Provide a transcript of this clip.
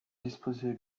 disposer